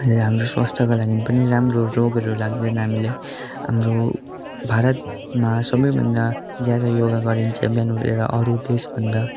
अनि हाम्रो स्वास्थ्यको लागि पनि राम्रो हो रोगहरू लाग्दैन हामीलाई हाम्रो भारतमा सबैभन्दा ज्यादा योगा गरिन्छ बिहान उठेर अरू देशभन्दा